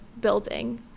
building